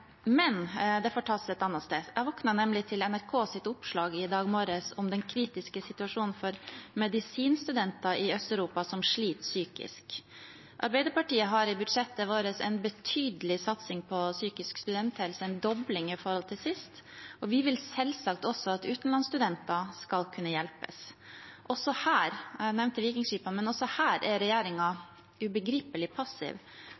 Men det får tas et annet sted. Jeg våknet nemlig til NRKs oppslag i dag morges om den kritiske situasjonen for medisinstudenter i Øst-Europa, som sliter psykisk. Vi i Arbeiderpartiet har i budsjettet vårt en betydelig satsing på studenters psykiske helse, en dobling i forhold til sist, og vi vil selvsagt også at utenlandsstudenter skal kunne hjelpes. Jeg nevnte vikingskipene, men også her er regjeringen ubegripelig passiv.